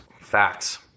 Facts